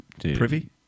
privy